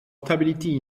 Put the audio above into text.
stability